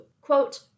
quote